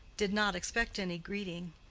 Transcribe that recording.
did not expect any greeting,